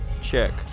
Check